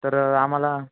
तर आम्हाला